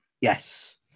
yes